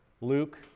Luke